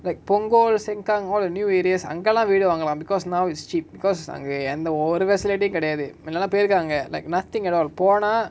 like punggol sengkang all the new areas அங்கலா வீடு வாங்களா:angala veedu vaangalaa because now it's cheap because அங்க எந்த ஒரு:anga entha oru facility கெடயாது முன்னாலா போய் இருக்காங்க:kedayaathu munnalaa poai irukaanga like nothing at all போனா:ponaa